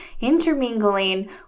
intermingling